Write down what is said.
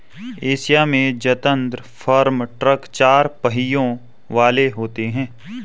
Asia में जदात्र farm truck चार पहियों वाले होते हैं